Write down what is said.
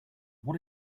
what